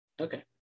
Okay